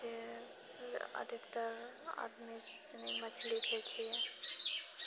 जे अधिकतर आदमी सनि मछली खाइत छिऐ